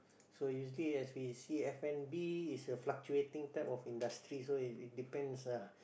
so you see as we see f-and-b is a fluctuating type of industry so it it depends ah